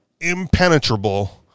impenetrable